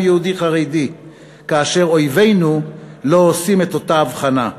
יהודי חרדי כאשר אויבינו לא עושים את אותה אבחנה.